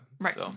Right